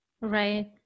Right